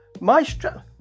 Maestro